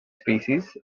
species